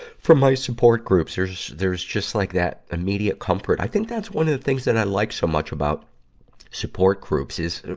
from my support groups. there's, there's just like that immediate comfort. i think that's one of the things that i like so much about support groups, is,